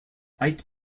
white